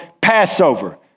Passover